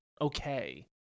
okay